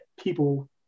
people